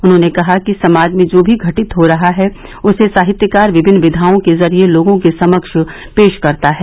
उन्होंने कहा कि समाज में जो भी घटित हो रहा है उसे साहित्यकार विभिन्न विद्याओं के ज़रिये लोगों के समक्ष पेश करता है